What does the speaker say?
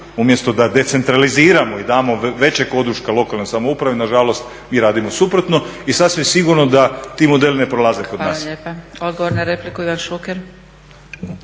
Umjesto da decentraliziramo i damo većeg oduška lokalnoj samoupravi, nažalost mi radimo suprotno i sasvim sigurno da ti modeli ne prolaze kod nas. **Zgrebec, Dragica (SDP)** Hvala lijepa. Odgovor na repliku, Ivan Šuker.